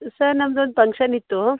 sir ನಮ್ದೊಂದು function ಇತ್ತು